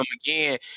again